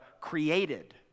created